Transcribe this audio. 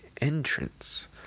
entrance